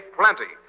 plenty